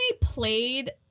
played